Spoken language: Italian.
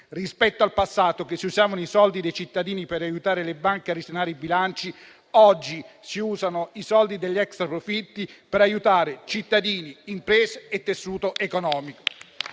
Rispetto al passato, in cui si usavano i soldi dei cittadini per aiutare le banche a risanare i bilanci, oggi si usano i soldi degli extraprofitti per aiutare cittadini, imprese e tessuto economico.